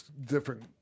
different